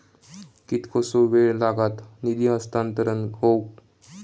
कितकोसो वेळ लागत निधी हस्तांतरण हौक?